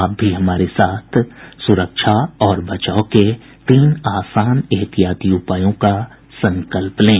आप भी हमारे साथ सुरक्षा और बचाव के तीन आसान एहतियाती उपायों का संकल्प लें